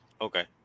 Okay